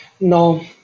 No